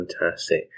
fantastic